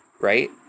right